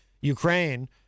Ukraine